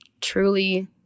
truly